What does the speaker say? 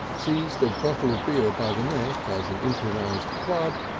seized a bottle of beer by the neck as an improvised club,